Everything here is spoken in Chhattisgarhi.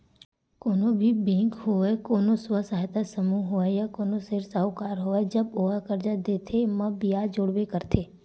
कोनो भी बेंक होवय कोनो स्व सहायता समूह होवय या कोनो सेठ साहूकार होवय जब ओहा करजा देथे म बियाज जोड़बे करथे